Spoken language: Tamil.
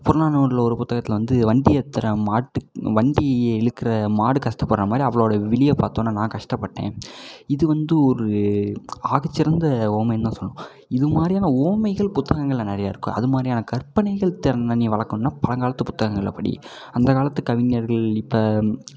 புறநானூறில் ஒரு புத்தகத்தில் வந்து வண்டி ஏற்றுற மாட்டு வண்டி இழுக்கிற மாடு கஷ்டப்படுற மாதிரி அவளோட விழியை பார்த்தோன்ன நான் கஷ்டப்பட்டேன் இது வந்து ஒரு ஆக சிறந்த உவமைன்னு தான் சொல்லணும் இதுமாதிரியான உவமைகள் புத்தகங்களில் நிறையா இருக்கும் அதுமாதிரியான கற்பனைகள் திறனை நீ வளர்க்கணுன்னா பழங்காலத்து புத்தகங்களை படி அந்த காலத்து கவிஞர்கள் இப்போ